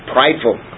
prideful